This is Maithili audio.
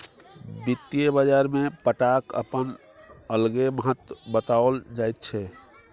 वित्तीय बाजारमे पट्टाक अपन अलगे महत्व बताओल जाइत छै